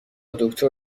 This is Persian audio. دکتر